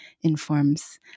informs